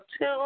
two